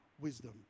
wisdom